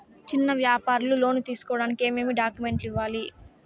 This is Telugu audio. చిన్న వ్యాపారులు లోను తీసుకోడానికి ఏమేమి డాక్యుమెంట్లు ఇవ్వాలి?